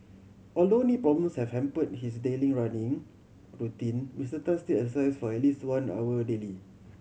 although knee problems have his daily running routine Mister Tan still exercises for at least one hour daily